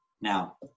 Now